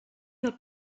del